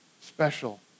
special